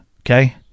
Okay